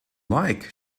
like